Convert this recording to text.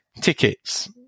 tickets